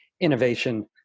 Innovation